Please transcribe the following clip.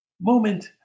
moment